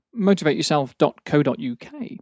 motivateyourself.co.uk